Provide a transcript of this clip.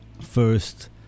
first